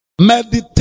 Meditate